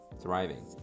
thriving